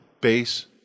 base